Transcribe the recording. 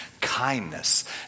kindness